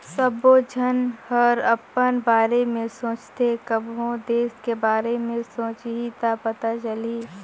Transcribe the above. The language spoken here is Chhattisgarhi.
सबो झन हर अपन बारे में सोचथें कभों देस के बारे मे सोंचहि त पता चलही